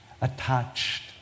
attached